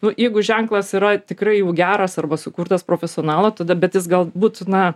nu jeigu ženklas yra tikrai jau geras arba sukurtas profesionalo tada bet jis galbūt na